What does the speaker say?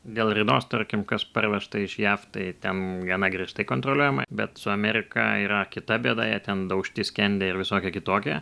dėl ridos tarkim kas parvežta iš jav tai ten gana griežtai kontroliuojama bet su amerika yra kita bėda jie ten daužti skendę ir visokie kitokie